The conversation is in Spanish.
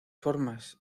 formas